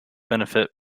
benefit